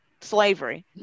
slavery